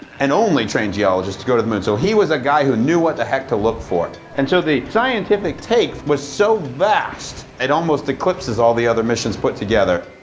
and only trained geologist, to go to the moon. so he was a guy who knew what the heck to look for. and so the scientific take was so vast, it almost eclipses all the other missions put together.